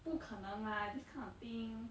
不可能 lah this kind of thing